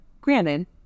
Granted